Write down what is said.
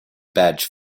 badge